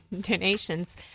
donations